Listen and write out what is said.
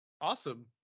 Awesome